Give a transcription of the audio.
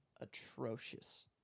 Atrocious